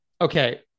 Okay